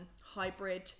hybrid